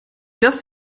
das